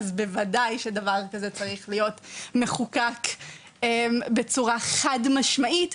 אז בוודאי שדבר כזה צריך להיות מחוקק בצורה חד משמעית,